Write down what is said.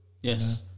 yes